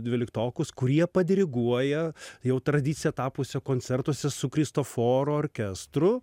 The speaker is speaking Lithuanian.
dvyliktokus kurie padiriguoja jau tradicija tapusio koncertuose su kristoforo orkestru